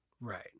right